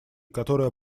которое